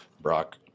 Brock